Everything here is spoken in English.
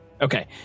Okay